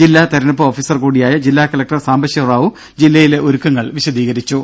ജില്ലാ തെരഞ്ഞെടുപ്പ് ഓഫീസർ കൂടിയായ ജില്ലാ കലക്ടർ സാംബശിവ റാവു ജില്ലയിലെ ഒരുക്കങ്ങൾ വിശദീകരിച്ചു